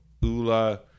Ula